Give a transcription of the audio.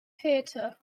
theater